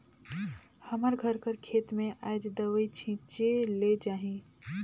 हमर घर कर खेत में आएज दवई छींचे ले जाही